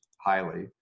highly